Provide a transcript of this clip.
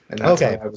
Okay